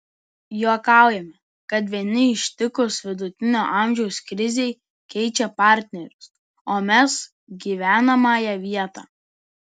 juokaujame kad vieni ištikus vidutinio amžiaus krizei keičia partnerius o mes gyvenamąją vietą